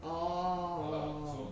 oh